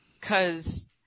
cause